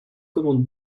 commandes